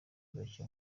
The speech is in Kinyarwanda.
bake